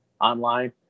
online